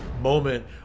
moment